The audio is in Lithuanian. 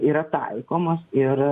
yra taikomos ir